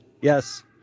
yes